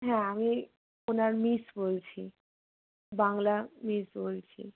হ্যাঁ আমি ওই ওনার মিস বলছি বাংলা মিস বলছি